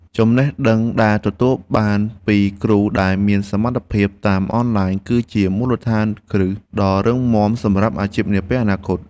ចំណេះដឹងដែលទទួលបានពីគ្រូដែលមានសមត្ថភាពតាមអនឡាញ គឺជាមូលដ្ឋានគ្រឹះដ៏រឹងមាំសម្រាប់អាជីពនាពេលអនាគត។